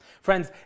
Friends